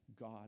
god